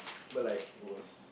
but like it was